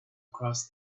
across